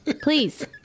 Please